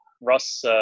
Russ